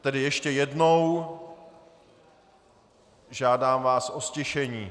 Tedy ještě jednou, žádám vás o ztišení.